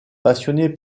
passionné